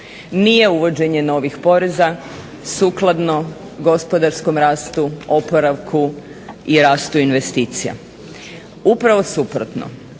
Nije uvođenje novih poreza sukladno gospodarskom rastu, oporavku i rastu investicija. Upravo suprotno.